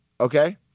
okay